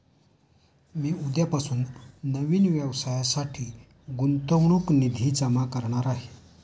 मी उद्यापासून नवीन व्यवसायासाठी गुंतवणूक निधी जमा करणार आहे